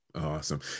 Awesome